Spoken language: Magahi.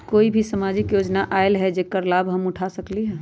अभी कोई सामाजिक योजना आयल है जेकर लाभ हम उठा सकली ह?